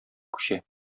күчә